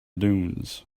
dunes